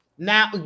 Now